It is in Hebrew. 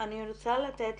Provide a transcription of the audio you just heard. אני רוצה לתת